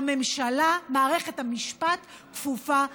מערכת המשפט כפופה לממשלה.